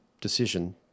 decision